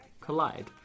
collide